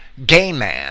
Gayman